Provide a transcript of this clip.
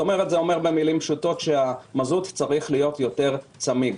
כלומר המזוט צריך להיות יותר צמיג.